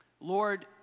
lord